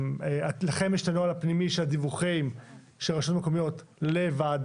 לכם יש את הנוהל הפנימי של הדיווחים של הרשויות המקומיות למשרד,